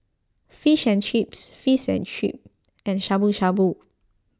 Fish and Chips Fish and Chip and Shabu Shabu